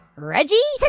reggie.